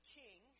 king